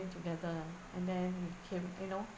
in together and then we came you know